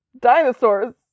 dinosaurs